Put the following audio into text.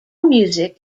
music